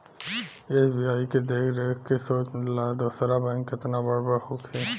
SBI के देख के सोच ल दोसर बैंक केतना बड़ बड़ होखी